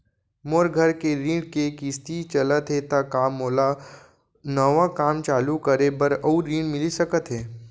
मोर घर के ऋण के किसती चलत हे ता का मोला नवा काम चालू करे बर अऊ ऋण मिलिस सकत हे?